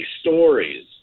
stories